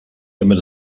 damit